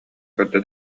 көрдө